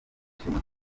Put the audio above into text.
ishema